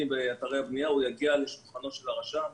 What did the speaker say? באתרי הבנייה הוא יגיע לשולחנו של הרשם.